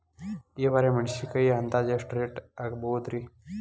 ಈ ವಾರ ಮೆಣಸಿನಕಾಯಿ ಅಂದಾಜ್ ಎಷ್ಟ ರೇಟ್ ಆಗಬಹುದ್ರೇ?